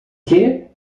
que